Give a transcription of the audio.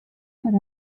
per